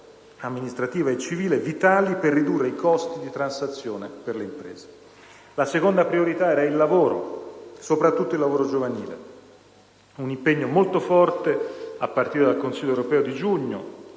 amministrativa e civile, vitali per ridurre i costi di transazione per le imprese. La seconda priorità era il lavoro, soprattutto quello giovanile: un impegno molto forte, a partire dal Consiglio europeo di giugno